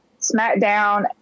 SmackDown